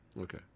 Okay